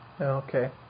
Okay